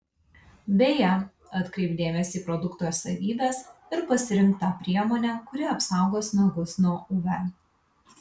beje atkreipk dėmesį į produkto savybes ir pasirink tą priemonę kuri apsaugos nagus nuo uv